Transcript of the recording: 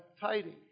tidings